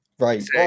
right